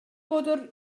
bod